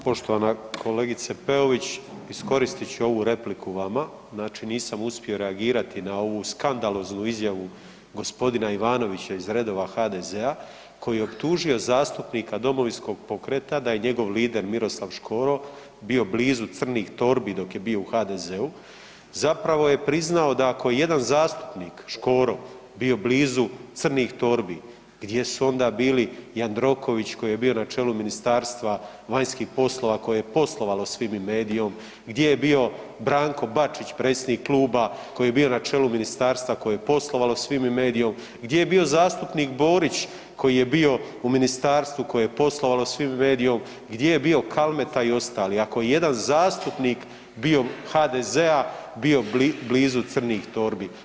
Poštovana kolegice Peović, iskoristit ću ovu repliku vama, znači nisam uspio reagirati na ovu skandaloznu izjavu g. Ivanovića iz redova HDZ-a koji je optužio zastupnika Domovinskog pokreta da je njegov lider Miroslav Škoro bio blizu crnih torbi dok je bio u HDZ-u zapravo je priznao da ako je jedan zastupnik Škoro bio blizu crnih torbi, gdje su onda bili Jandroković koji je bio na čelu Ministarstva vanjskih poslova koje je poslovalo s Fimi medijom, gdje je bio Branko Bačić predsjednik kluba koji je bio na čelu ministarstva koje je poslovalo s Fimi medijom, gdje je bio zastupnik Borić koji je bio u ministarstvu koje je poslovalo s Fimi medijom, gdje je bio Kalmeta i ostali ako je jedan zastupnik bio, HDZ-a bio blizu crnih torbi?